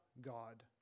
God